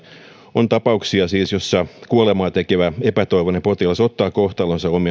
on siis tapauksia joissa kuolemaa tekevä epätoivoinen potilas ottaa kohtalonsa